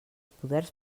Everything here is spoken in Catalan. poders